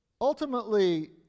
ultimately